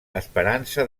esperança